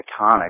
iconic